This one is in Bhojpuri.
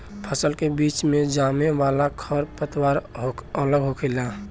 फसल के बीच मे जामे वाला खर पतवार अलग होखेला